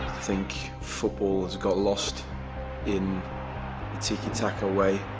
think football has got lost in the tiki-taka way.